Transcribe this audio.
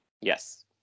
Yes